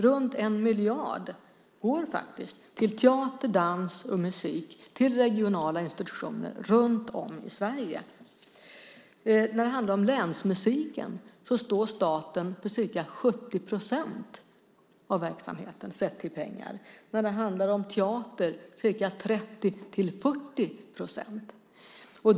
Runt 1 miljard går faktiskt till teater, dans och musik på regionala institutioner runt om i Sverige. När det gäller länsmusiken står staten för ca 70 procent av verksamheten sett i pengar. När gäller teater är det ca 30-40 procent.